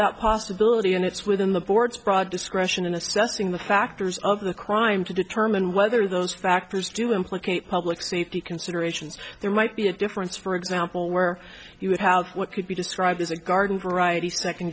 that possibility and it's within the board's broad discretion in assessing the factors of the crime to determine whether those factors do implicate public safety considerations there might be a difference for example where you would have what could be described as a garden variety second